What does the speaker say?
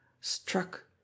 struck